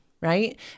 Right